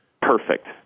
Perfect